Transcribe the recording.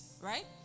right